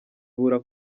abura